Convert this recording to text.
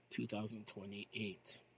2028